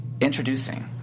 Introducing